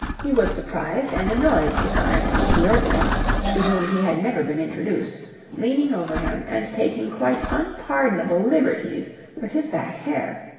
he was surprised and annoyed to find an ethiopian to whom he had never been introduced leaning over him and taking quite unpardonable liberties with his back hair.